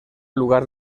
lugar